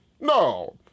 no